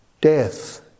death